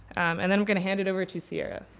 and then, i'm going to hand it over to sierra.